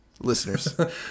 Listeners